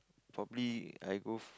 probably I go